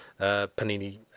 Panini